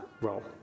role